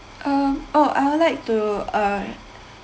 um oh I'd like to uh